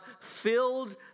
filled